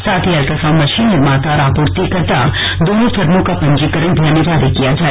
साथ ही ultrasound machine निर्माता और आपूर्तिकर्ता दोनों फर्मो का पंजीकरण भी अनिवार्य किया जाय